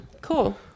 Cool